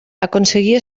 aconseguir